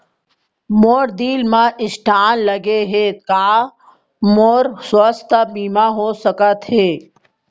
मोर दिल मा स्टन्ट लगे हे ता का मोर स्वास्थ बीमा हो सकत हे?